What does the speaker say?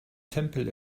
tempel